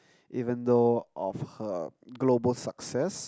even though of her global success